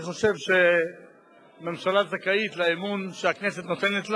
אני חושב שהממשלה זכאית לאמון שהכנסת נותנת לה,